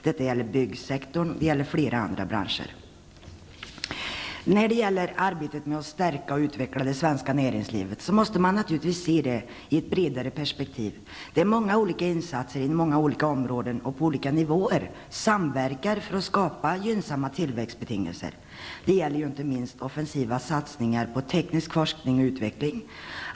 Det gäller byggsektorn och flera andra branscher. Arbetet med att stärka och utveckla det svenska näringslivet måste ses i ett bredare perspektiv. Många olika insatser inom olika områden på olika nivåer samverkar för att skapa gynnsamma tillväxtbetingelser. Det gäller inte minst offensiva satsningar på teknisk forskning och utveckling.